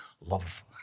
love